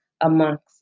amongst